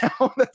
now